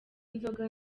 inzoga